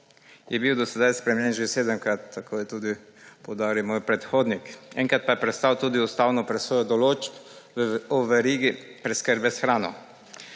je bil do zdaj spremenjen že sedemkrat, tako je tudi poudaril moj predhodnik. Enkrat pa je prestal tudi ustavno presojo določb o verigi preskrbe s hrano.